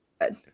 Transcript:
good